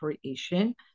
creation